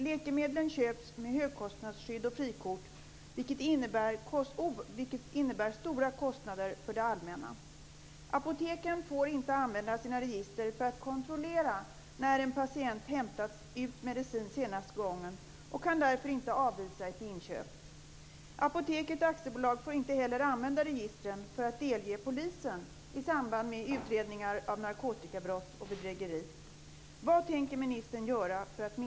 Läkemedlen köps med högkostnadsskydd och frikort, vilket innebär stora kostnader för det allmänna. Apoteken får inte använda sina register för att kontrollera när en patient senast hämtat ut medicin och kan därför inte avvisa ett inköp. Apoteket AB får inte heller använda registren för att delge polisen i samband med utredningar av narkotikabrott och bedrägeri.